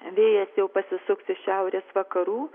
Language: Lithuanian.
vėjas jau pasisuks iš šiaurės vakarų